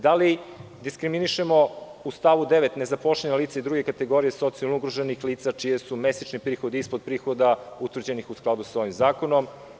Da li diskriminišemo u stavu 9. nezaposlena lica i druge kategorije socijalno ugroženih lica čiji su mesečni prihodi ispod prihoda utvrđenih u skladu sa ovim zakonom?